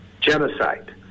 genocide